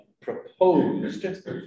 proposed